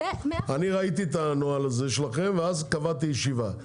אני ראיתי את הנוהל שלכם ואז קבעתי ישיבה,